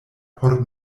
por